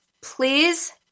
Please